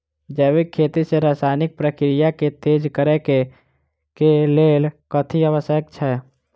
जैविक खेती मे रासायनिक प्रक्रिया केँ तेज करै केँ कऽ लेल कथी आवश्यक छै?